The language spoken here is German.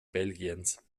belgiens